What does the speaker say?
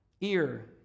ear